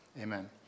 amen